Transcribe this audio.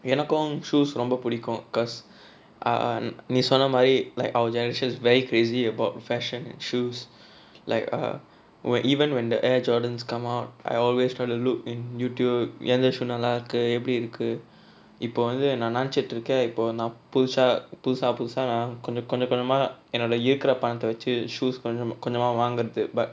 எனக்கும்:enakkum shoes ரொம்ப புடிக்கும்:romba pudikkum because நீ சொன்னமாரி:nee sonnamaari like our generation's very crazy about fashion and shoes like ah even when the air jordans come out I always try to look in YouTube எந்த:entha shoe நல்லா இருக்கு எப்படி இருக்கு இப்ப வந்து நா நினைச்சிட்டு இருக்கேன் இப்ப நா புதுசா புதுசா புதுசா நா கொஞ்ச கொஞ்சமா என்னோட இருக்குற பணத்த வச்சு:nallaa irukku eppadi irukku ippa vanthu naa ninaichuttu irukkaen ippa naa puthusaa puthusaa puthusaa naa konja konjama ennoda irukkura panatha vachu shoes கொஞ்ச கொஞ்சமா வாங்குறது:konja konjamaa vaangurathu but